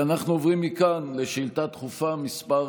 אנחנו עוברים מכאן לשאילתה דחופה מס'